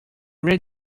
read